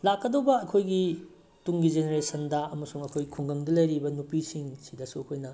ꯂꯥꯛꯀꯗꯧꯕ ꯑꯩꯈꯣꯏꯒꯤ ꯇꯨꯡꯒꯤ ꯖꯦꯅꯔꯦꯁꯟꯗ ꯑꯃꯁꯨꯡ ꯑꯩꯈꯣꯏ ꯈꯨꯡꯒꯪꯗ ꯂꯩꯔꯤꯕ ꯅꯨꯄꯤꯁꯤꯡꯁꯤꯗꯁꯨ ꯑꯩꯈꯣꯏꯅ